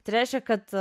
ai reiškia kad